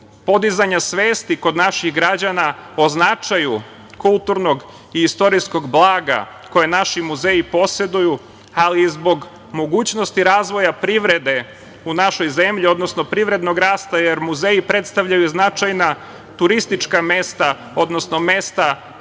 podizanja svesti kod naših građana o značaju kulturnog istorijskog blaga koje naši muzeji poseduju, ali i zbog mogućnosti razvoja privrede u našoj zemlji, odnosno privrednog rasta, jer muzeji predstavljaju značajna turistička mesta, odnosno mesta koja